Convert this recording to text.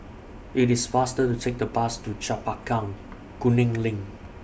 IT IS faster to Take The Bus to Chempaka Kuning LINK